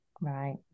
right